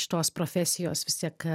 šitos profesijos vis tiek